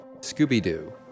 Scooby-Doo